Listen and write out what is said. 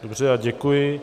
Dobře, děkuji.